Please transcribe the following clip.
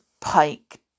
Pike